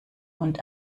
und